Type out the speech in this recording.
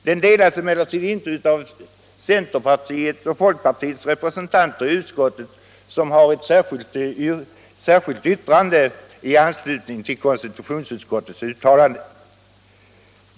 Den anmärkningen delas dock inte av centerpartiets och folkpartiets representanter i utskottet, vilka har ett särskilt yttrande i anslutning till konstitutionsutskottets uttalande.